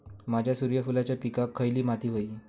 माझ्या सूर्यफुलाच्या पिकाक खयली माती व्हयी?